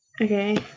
Okay